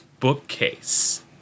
bookcase